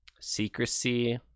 secrecy